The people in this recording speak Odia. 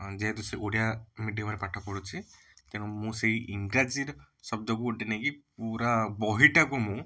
ଅ ଯେହେତୁ ସେ ଓଡ଼ିଆ ମିଡ଼ିଅମ୍ ରେ ପାଠ ପଢ଼ୁଛି ତେଣୁ ମୁଁ ସେଇ ଇଂରାଜୀ ର ଶବ୍ଦ ଗୋଟେ ନେଇକି ପୁରା ବହିଟାକୁ ମୁଁ